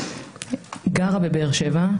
גרה בבאר שבע,